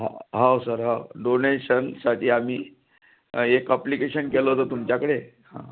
हॉ हॉव सर हॉ डोनेशनसाठी आम्ही एक अप्लिकेशन केलं होतं तुमच्याकडे हं